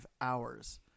hours